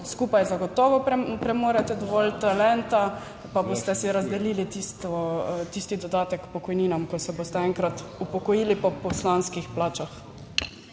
skupaj zagotovo premorete dovolj talenta, pa boste si razdelili tisto, tisti dodatek k pokojninam, ko se boste enkrat upokojili po poslanskih plačah.